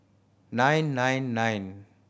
nine nine nine